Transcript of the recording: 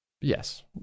yes